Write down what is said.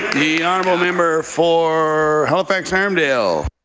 the honourable member for halifax armdale.